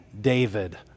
David